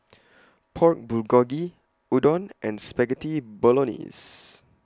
Pork Bulgogi Udon and Spaghetti Bolognese